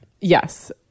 yes